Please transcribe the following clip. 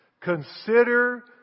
consider